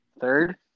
Third